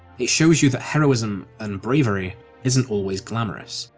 it shows you that heroism and bravery isn't always glamorous,